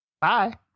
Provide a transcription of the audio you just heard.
bye